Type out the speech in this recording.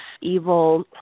evil